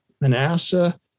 Manasseh